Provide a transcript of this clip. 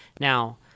Now